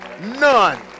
None